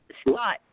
Scott